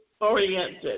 oriented